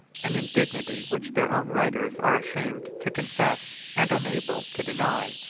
an indignity which their own writers are ashamed to confess and unable to deny.